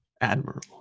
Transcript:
admirable